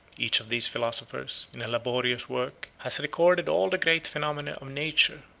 each of these philosophers, in a laborious work, has recorded all the great phenomena of nature,